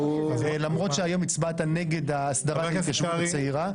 למרות שהיום הצבעת נגד הסדרת ההתיישבות הצעירה.